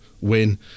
win